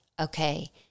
okay